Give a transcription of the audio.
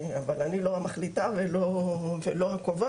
אבל אני לא המחליטה ולא הקובעת.